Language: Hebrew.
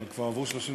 קודם כול,